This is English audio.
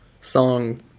song